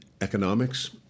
economics